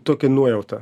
tokia nuojauta